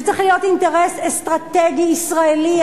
זה צריך להיות אינטרס אסטרטגי ישראלי.